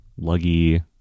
Luggy